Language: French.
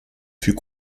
fut